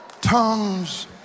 tongues